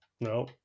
No